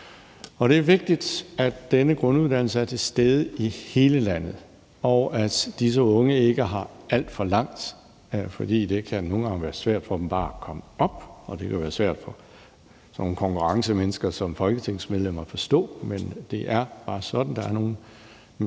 Det er vigtigt, at denne grunduddannelse er til stede i hele landet, og at disse unge ikke har alt for langt dertil, for det kan nogle gange være svært for dem bare at komme op. Det kan jo være svært for sådan nogle konkurrencemennesker som os folketingsmedlemmer at forstå, men det er bare sådan, at mange unge mennesker